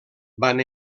van